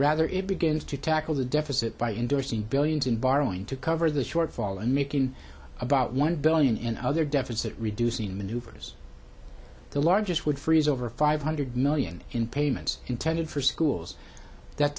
rather it begins to tackle the deficit by inducing billions in borrowing to cover the shortfall and making about one billion in other deficit reducing maneuvers the largest would freeze over five hundred million in payments intended for schools that